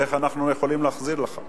איך אנחנו יכולים להחזיר לך?